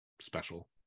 special